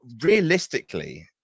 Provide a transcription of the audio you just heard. realistically